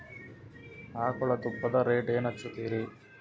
ಆಕಳ ತುಪ್ಪದ ರೇಟ್ ಏನ ಹಚ್ಚತೀರಿ?